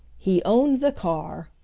he owned the car.